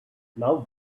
now